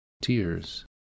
tears